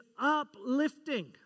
uplifting